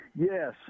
Yes